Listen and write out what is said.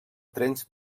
trens